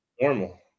normal